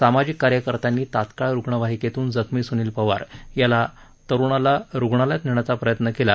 सामाजिक कार्यकर्त्यांनी तात्काळ रुग्णवाहिकेतून जखमी सूनील पवार या तरुणाला रुग्णालयात नेण्याचा प्रयत्न केला